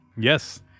Yes